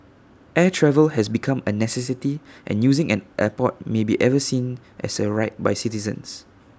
air travel has become A necessity and using an airport may be ever seen as A right by citizens